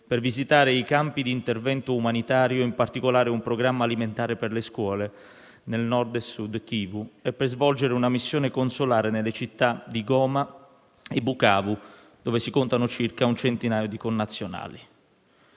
per visitare i campi di intervento umanitario, in particolare un programma alimentare per le scuole, nel Nord e Sud Kivu, e per svolgere una missione consolare nelle città di Goma e Bukavu, dove si contano circa un centinaio di connazionali.